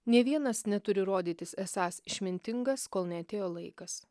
nė vienas neturi rodytis esąs išmintingas kol neatėjo laikas